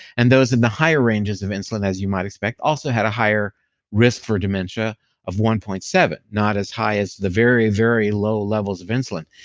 and those in the higher ranges of insulin as you might expect also had a higher risk for dementia of one point seven point not as high as the very, very low levels of insulin.